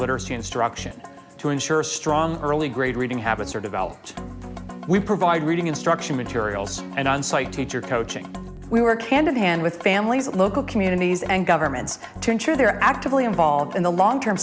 literacy instruction to ensure strong early grade reading habits are developed we provide reading instruction materials and on site teacher coaching we were candid hand with families and local communities and governments to ensure they are actively involved in the long term